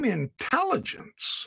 intelligence